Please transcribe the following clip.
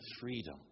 freedom